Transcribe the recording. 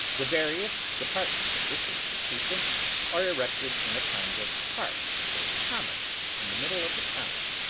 the various departments of this institution are erected in a kind of park or common in the middle of the town,